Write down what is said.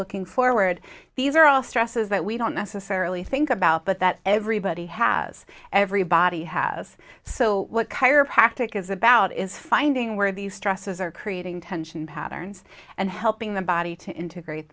looking forward these are all stresses that we don't necessarily think about but that everybody has everybody has so what chiropractic is about is finding where these stresses are creating tension patterns and helping the body to integrate